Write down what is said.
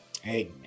Hey